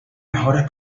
mejores